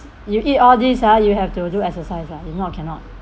you eat all these ah you have to do exercise lah if not cannot